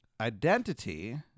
Identity